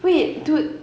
wait dude